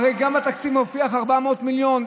הרי גם בתקציב מופיעים 400 מיליון.